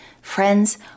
Friends